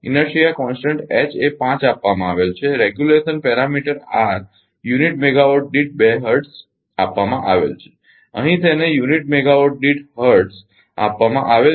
inertia અચળ H એ 5 આપવામાં આવેલ છે regulation parameter R unit megawatt દીઠ 2 હર્ટ્ઝ આપવામાં આવેલ છે અહીં તેને યુનિટ મેગાવાટ દીઠ હર્ટ્ઝ આપવામાં આવેલ છે